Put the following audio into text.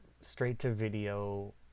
straight-to-video